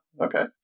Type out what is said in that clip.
okay